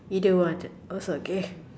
you don't want to also okay